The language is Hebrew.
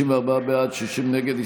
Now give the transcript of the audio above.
54 בעד, 60 נגד.